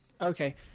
Okay